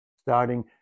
Starting